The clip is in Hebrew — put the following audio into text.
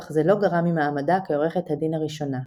אך זה לא גרע ממעמדה כעורכת הדין הראשונה.